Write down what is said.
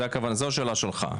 זו השאלה שלך,